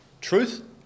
truth